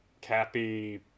cappy